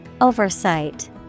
Oversight